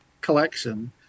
collection